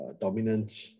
dominant